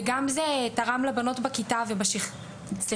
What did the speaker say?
זה תרם גם לבנות בכיתה ובשכבה,